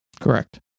Correct